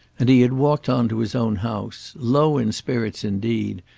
and he had walked on to his own house low in spirits indeed,